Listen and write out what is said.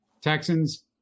Texans